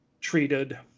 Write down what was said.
treated